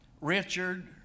Richard